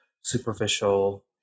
superficial